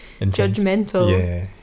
judgmental